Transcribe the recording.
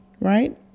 right